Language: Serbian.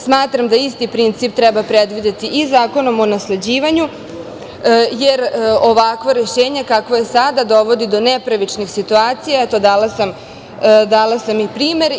Smatram da isti princip treba predvideti i Zakonom o nasleđivanju, jer ovakvo rešenje kakvo je sada dovodi do nepravičnih situacija, eto dala sam i primer.